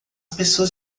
pessoas